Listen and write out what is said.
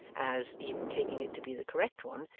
as, even taking it to be the correct one,